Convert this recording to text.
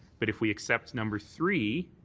but if we accept number three,